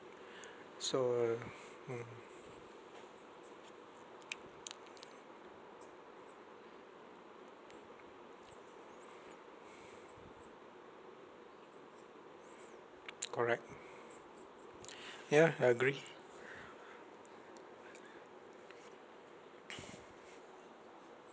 so mm correct ya I agree